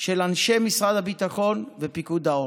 של אנשי משרד הביטחון ופיקוד העורף.